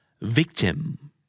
Victim